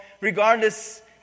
regardless